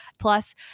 Plus